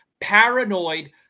paranoid